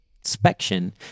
inspection